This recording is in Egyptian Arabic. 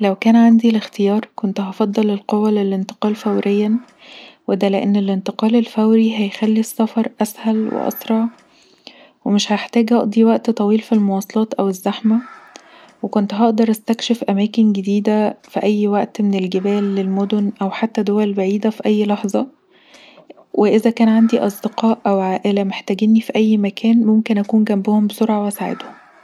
لو كان عندي الإختيار كنت هفضل القوة للإنتقال فوريا وده لأن الإنتقال الفوري هيخلي السفر اسهل واسرع ومش هحتاج اقضي وقت طويل في المواصلات او الزحمه وكنت هقدر استكشف اماكن جديده فأي وقت من الجبال للمدن او حتي دول بعيده فأي لحظه وإذا كان عندي اصدقاء او عائله محتاجيني في اي مكان ممكن اكون جنبهم بسرعة واساعدهم